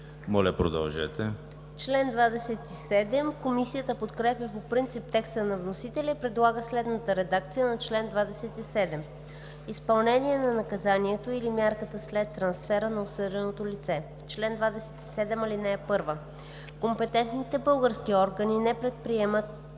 ДЕСИСЛАВА АТАНАСОВА: Комисията подкрепя по принцип текста на вносителя и предлага следната редакция на чл. 27: „Изпълнение на наказанието или мярката след трансфера на осъденото лице Чл. 27. (1) Компетентните български органи не предприемат